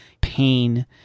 pain